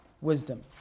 wisdom